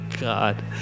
God